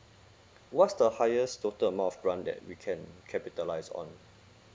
what's the highest total amount of grant that we can capitalize on